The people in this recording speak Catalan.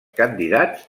candidats